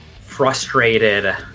frustrated